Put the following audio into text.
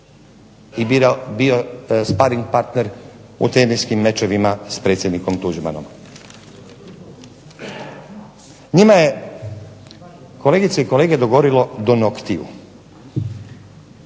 razumije./... partner u teniskim mečevima s predsjednikom Tuđmanom. Njima je kolegice i kolege dogorilo do noktiju.